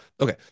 okay